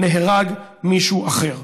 נהרג מישהו אחר.